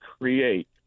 create